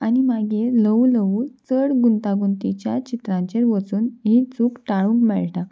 आनी मागीर लवू लवू चड गुंतागुंतीच्या चित्रांचेर वचून ही चूक टाळूंक मेळटा